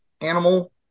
animal